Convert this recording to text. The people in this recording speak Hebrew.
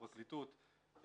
הפרקליטות,